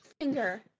finger